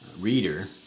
reader